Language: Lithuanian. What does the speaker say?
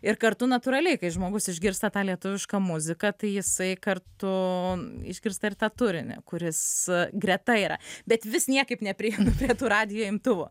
ir kartu natūraliai kai žmogus išgirsta tą lietuvišką muziką tai jisai kartu išgirsta ir tą turinį kuris greta yra bet vis niekaip neprieinu prie tų radijo imtuvų